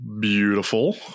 Beautiful